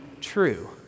true